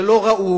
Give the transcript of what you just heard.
זה לא ראוי,